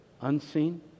unseen